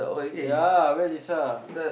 ya where Lisa